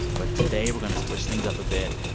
but today, we're going to switch things up a bit.